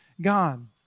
God